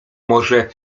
może